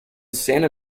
santa